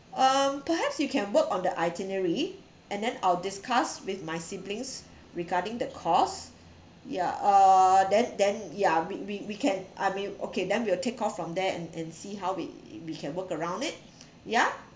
um perhaps you can work on the itinerary and then I'll discussed with my siblings regarding the cost yeah uh then then ya we we we can I may okay then we will take off from there and and see how we we can work around it ya